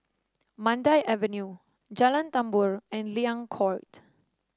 Mandai Avenue Jalan Tambur and Liang Court